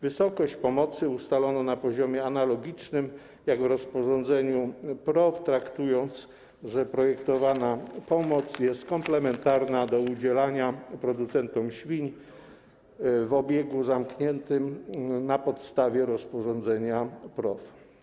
Wysokość pomocy ustalono na poziomie analogicznym do tego z rozporządzenia PROW, uznając, że projektowana pomoc jest komplementarna do pomocy udzielanej producentom świń w obiegu zamkniętym na podstawie rozporządzenia PROW.